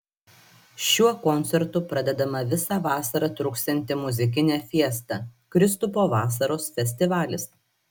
šiuo koncertu pradedama visą vasarą truksianti muzikinė fiesta kristupo vasaros festivalis